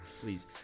Please